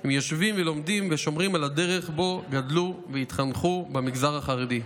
הם יושבים ולומדים ושומרים על הדרך שבה גדלו והתחנכו במגזר החרדי.